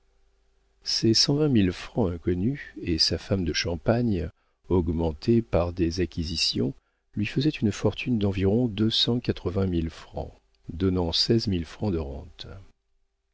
ces cent vingt mille francs inconnus et sa ferme de champagne augmentée par des acquisitions lui faisaient une fortune d'environ deux cent quatre-vingt mille francs donnant seize mille francs de rente